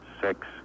six